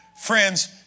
friends